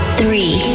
three